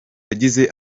yagize